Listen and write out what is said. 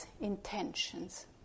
intentions